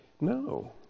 No